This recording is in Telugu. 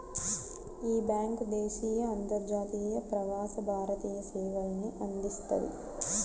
యీ బ్యేంకు దేశీయ, అంతర్జాతీయ, ప్రవాస భారతీయ సేవల్ని అందిస్తది